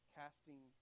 casting